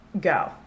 Go